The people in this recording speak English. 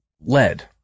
lead